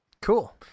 Cool